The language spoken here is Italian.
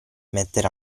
mettere